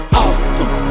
awesome